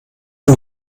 man